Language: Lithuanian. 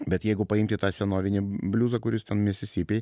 bet jeigu paimti tą senovinį bliuzą kuris ten misisipėj